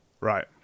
Right